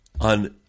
on